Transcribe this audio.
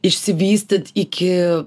išsivystyt iki